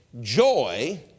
joy